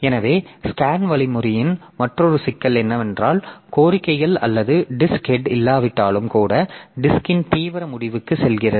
எனவே SCAN வழிமுறையின் மற்றொரு சிக்கல் என்னவென்றால் கோரிக்கைகள் அல்லது டிஸ்க் ஹெட் இல்லாவிட்டாலும் கூட டிஸ்க்ன் தீவிர முடிவுக்குச் செல்கிறது